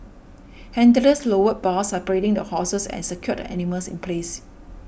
handlers lowered bars separating the horses and secured the animals in place